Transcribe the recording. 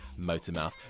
Motormouth